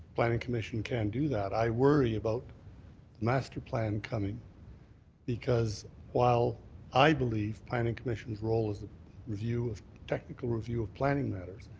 planning commission can do that. i worry about master plan coming because while i believe planning commission's role is ah review of technical review of planning matters,